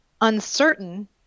uncertain